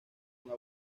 una